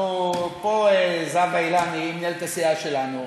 פה זהבה אילני היא מנהלת הסיעה שלנו.